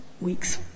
week's